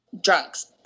Drugs